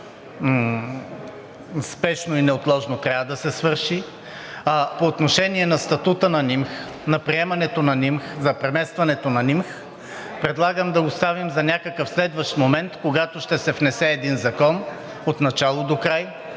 спешно и неотложно трябва да се свърши. По отношение на статута на НИМХ, на приемането на НИМХ, за преместването на НИМХ предлагам да оставим за някакъв следващ момент, когато ще се внесе един закон от начало до край,